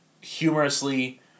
humorously